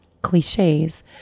cliches